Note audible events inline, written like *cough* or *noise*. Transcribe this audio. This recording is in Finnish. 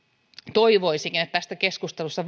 toivoisinkin että tässä keskustelussa *unintelligible*